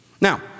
Now